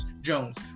Jones